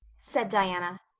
said diana.